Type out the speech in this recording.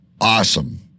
Awesome